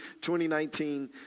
2019